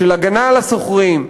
של הגנה על השוכרים,